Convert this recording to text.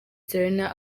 serena